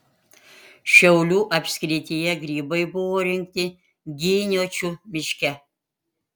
šiaulių apskrityje grybai buvo rinkti giniočių miške